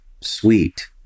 sweet